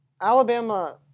Alabama